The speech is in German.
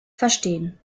verstehen